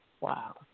Wow